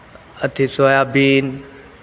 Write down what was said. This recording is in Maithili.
अथि सोयाबीन